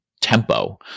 tempo